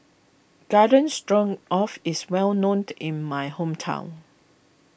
Garden strong of is well known in my hometown